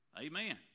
amen